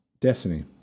Destiny